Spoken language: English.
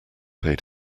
paid